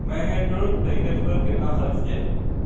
میں نے trip package پر کتنا خرچ کیا